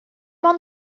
ond